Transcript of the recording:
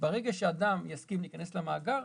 ברגע שאדם יסכים להיכנס למאגר,